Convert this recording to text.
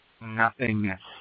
nothingness